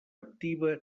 activa